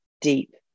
deep